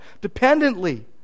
dependently